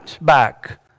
back